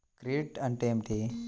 Credit అంటే ఏమిటి?